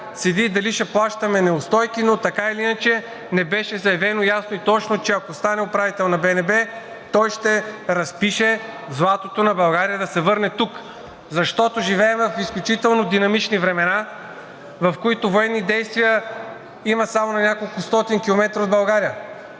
седи, дали ще плащаме неустойки, но така или иначе не беше заявено ясно и точно, че ако стане управител, той ще разпише златото на България да се върне тук, защото живеем в изключително динамични времена, в които военни действия има само на няколкостотин километра от България.